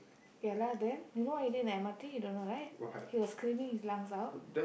ya lah then you know what he did in the M_R_T you don't know right he was screaming his lungs out